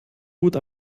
gut